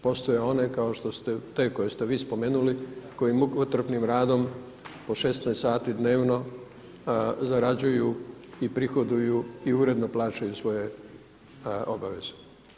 Postoje one kao što ste, te koje ste vi spomenuli koji mukotrpnim radom po 16 sati dnevno zarađuju i prihoduju i uredno plaćaju svoje obaveze.